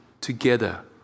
together